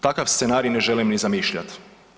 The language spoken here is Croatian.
Takav scenarij ne želim ni zamišljati.